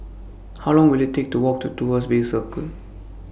How Long Will IT Take to Walk to Tuas Bay Circle